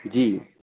جی